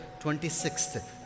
26th